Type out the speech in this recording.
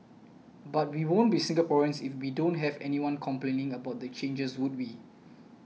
but we won't be Singaporeans if we don't have anyone complaining about the changes would we